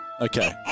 Okay